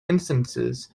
instances